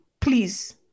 Please